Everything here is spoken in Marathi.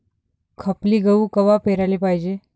खपली गहू कवा पेराले पायजे?